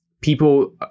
People